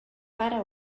para